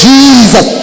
Jesus